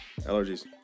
allergies